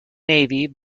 navy